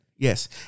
Yes